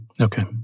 Okay